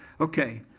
okay,